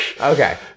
Okay